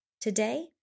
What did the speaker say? Today